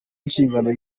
inshingano